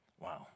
Wow